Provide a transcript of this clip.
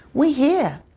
we hear.